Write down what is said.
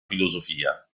filosofia